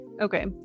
Okay